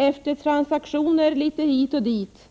Efter transaktioner litet hit och dit